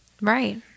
Right